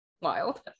Wild